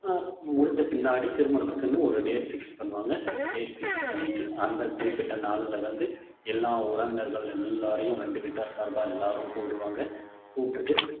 முடிஞ்ச பின்னாடி திருமணத்துக்குன்னு ஒரு டேட் ஃபிக்ஸ் பண்ணுவாங்க டேட் ஃபிக்ஸ் பண்ணிவிட்டு அந்த குறிப்பிட்ட நாளில் வந்து எல்லா உறவினர்கள் எல்லோரையும் ரெண்டு விட்டார் சார்பாக எல்லோரும் கூப்பிடுவாங்க கூப்பிட்டுட்டு